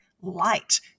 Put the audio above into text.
light